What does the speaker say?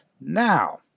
Now